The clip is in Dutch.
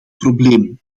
probleem